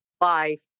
life